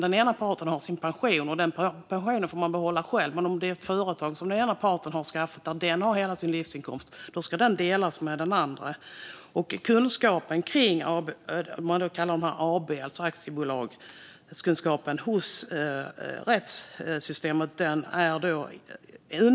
Den ena parten kan ha en pension, och den pensionen får den parten behålla själv. Men har en part ett företag där den har hela sin livsinkomst ska den delas med den andre. Kunskapen om aktiebolag är undermålig i rättssystemet.